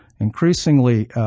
Increasingly